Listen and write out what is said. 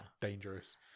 dangerous